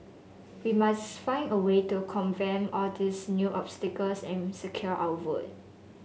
we must find a way to circumvent all these new obstacles and secure our votes